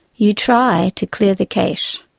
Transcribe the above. you try to clear the cache.